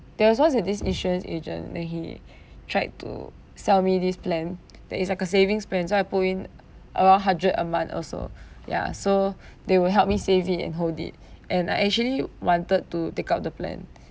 there was once there's this insurance agent then he tried to sell me this plan that is like a savings plans so I put in around hundred a month also ya so they will help me save it and hold it and I actually wanted to take out the plan